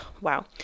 wow